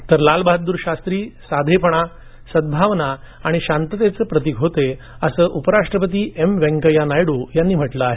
तर लाल बहादूर शास्त्री साधेपणा सद्गावना आणि शांततेचं प्रतिक होते अस उपराष्ट्रपती एम व्यंकय्या नायडू यांनी म्हटलं आहे